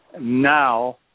now